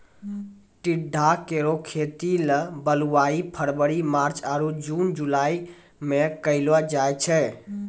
टिंडा केरो खेती ल बुआई फरवरी मार्च आरु जून जुलाई में कयलो जाय छै